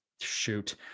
shoot